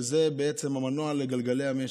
זה המנוע לגלגלי המשק.